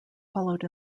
followed